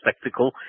spectacle